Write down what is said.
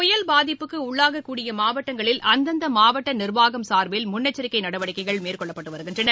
புயல் பாதிப்புக்கு உள்ளாக கூடிய மாவட்டங்களில் அந்தந்த நிர்வாகம் சார்பில் மாவட்ட முன்னெச்சரிக்கை நடவடிக்கைகள் மேற்கொள்ளப்பட்டு வருகின்றன